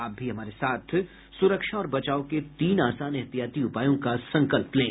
आप भी हमारे साथ सुरक्षा और बचाव के तीन आसान एहतियाती उपायों का संकल्प लें